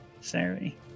Sorry